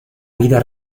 vida